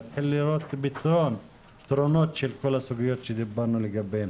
להתחיל לראות פתרונות של הסוגיות שדיברנו עליהן.